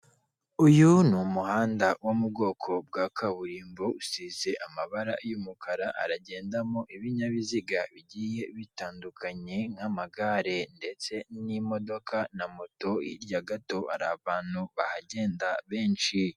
Uyu ni umuhanda wo mu bwoko bwa kaburimbo, usize amabara y'umukara, aragendamo ibinyabiziga bigiye bitandukanye nk'amagare ndetse n'imodoka na moto. Hirya gato hari abantu bahagenda benshi.